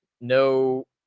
No